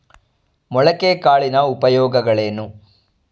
ಮೊಳಕೆ ಕಾಳಿನ ಉಪಯೋಗಗಳೇನು?